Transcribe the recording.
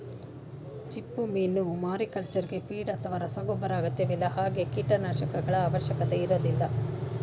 ಚಿಪ್ಪುಮೀನು ಮಾರಿಕಲ್ಚರ್ಗೆ ಫೀಡ್ ಅಥವಾ ರಸಗೊಬ್ಬರ ಅಗತ್ಯವಿಲ್ಲ ಹಾಗೆ ಕೀಟನಾಶಕಗಳ ಅವಶ್ಯಕತೆ ಇರೋದಿಲ್ಲ